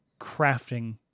crafting